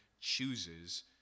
chooses